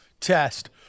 test